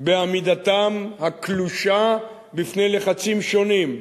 בעמידתם הקלושה בפני לחצים שונים,